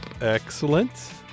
Excellent